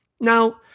Now